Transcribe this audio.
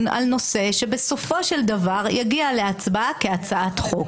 על נושא שבסופו של דבר יגיע להצבעה כהצעת חוק.